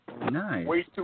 Nice